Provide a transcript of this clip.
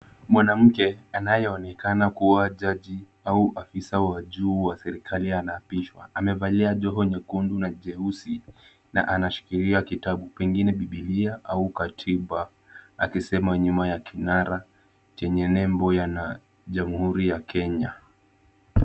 Mwanamke anayeonekana kuwa jaji au afisa wa juu wa serikali anaapishwa, amevalia joho jekundu na jeusi na anashikilia kitabu pengine bibilia au katiba akisema nyuma ya kinara chenye nembo yana jamuhuri ya Kenya.